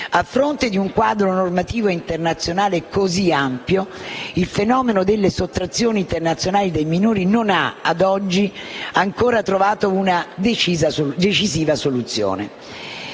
A fronte di un quadro normativo internazionale così ampio, ad oggi il fenomeno delle sottrazioni internazionali dei minori non ha ancora trovato una decisiva soluzione.